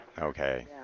Okay